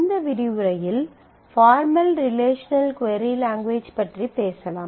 இந்த விரிவுரையில் formal relational query language பற்றி பேசலாம்